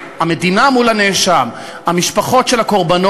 שופט נרצח בתל-אביב על-ידי אסיר שהיה שפוט למאסר עולם,